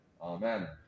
Amen